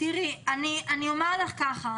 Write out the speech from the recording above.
אני אומר לך ככה,